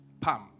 Pam